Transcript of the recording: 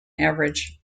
average